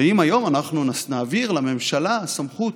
ואם היום אנחנו נעביר לממשלה סמכות,